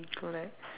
correct